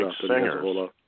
singers